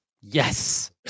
Yes